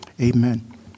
Amen